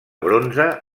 bronze